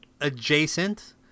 adjacent